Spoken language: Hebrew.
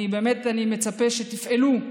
אני מצפה שתפעלו,